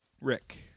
Rick